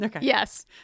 Yes